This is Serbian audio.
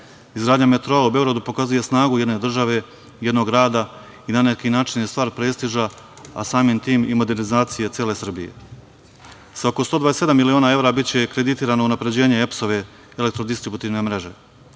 Izgradnja metroa u Beogradu pokazuje snagu jedne države, jednog rada i na neki način je stvar prestiža, a samim tim i modernizacije cele Srbije. Sa oko 127 miliona evra biće kreditirano unapređenje EPS-ove elektrodistributivne mreže.